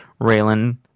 Raylan